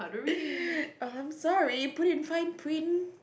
oh I'm sorry put in fine print